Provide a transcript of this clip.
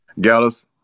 Gallus